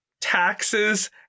taxes